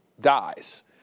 dies